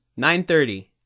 9.30